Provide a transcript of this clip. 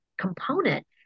component